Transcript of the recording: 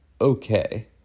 okay